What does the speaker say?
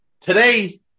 Today